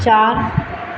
चार